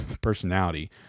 personality